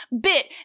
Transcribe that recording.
bit